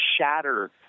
shatter